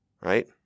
right